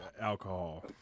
alcohol